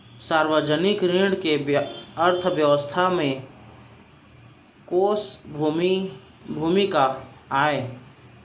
सार्वजनिक ऋण के अर्थव्यवस्था में कोस भूमिका आय?